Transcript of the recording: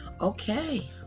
Okay